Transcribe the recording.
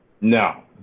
No